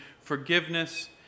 forgiveness